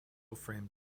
framed